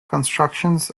constructions